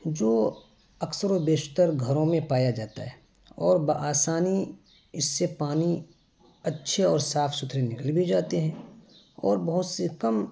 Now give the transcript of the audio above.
جو اکثر و بیشتر گھروں میں پایا جاتا ہے اور بآسانی اس سے پانی اچھے اور صاف ستھرے نکل بھی جاتے ہیں اور بہت سے کم